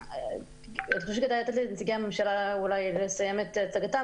אולי היה עדיף לתת לנציגי הממשלה לסיים את הצגתם